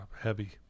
heavy